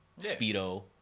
speedo